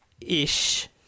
Ish